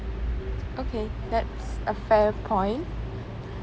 okay that's a fair point